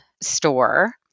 store